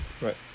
right